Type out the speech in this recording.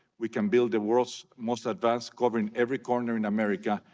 we can build the world's most advanced covering every corner in america,